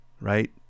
Right